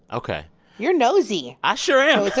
ok you're nosy i sure am